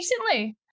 recently